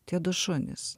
tie du šunys